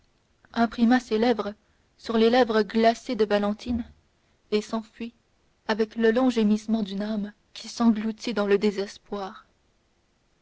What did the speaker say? imprima ses lèvres sur les lèvres glacées de valentine et s'enfuit avec le long gémissement d'une âme qui s'engloutit dans le désespoir